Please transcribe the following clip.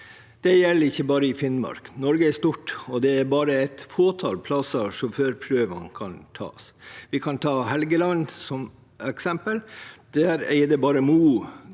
Det gjelder ikke bare i Finnmark. Norge er stort, og det er bare et fåtall plasser sjåførprøvene kan tas. Vi kan ta Helgeland som eksempel: Der er det bare i